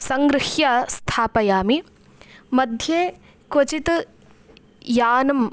सङ्गृह्य स्थापयामि मध्ये क्वचित् यानं